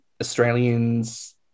australians